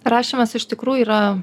rašymas iš tikrų yra